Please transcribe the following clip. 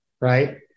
right